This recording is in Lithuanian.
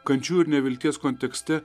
kančių ir nevilties kontekste